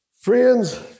Friends